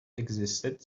existed